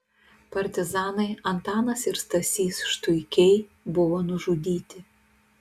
partizanai antanas ir stasys štuikiai buvo nužudyti